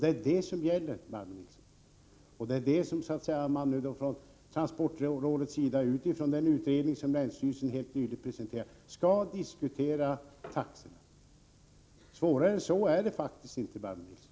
Det är alltså riksdagens beslut som gäller, Barbro Nilsson, och det är transportrådet som, utifrån den utredning som länsstyrelsen på Gotland helt nyligen har presenterat, skall diskutera taxorna. Svårare än så är det faktiskt inte, Barbro Nilsson.